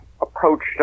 approached